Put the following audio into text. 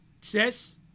Sis